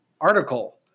article